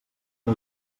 que